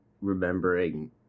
remembering